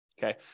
Okay